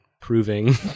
proving